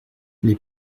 les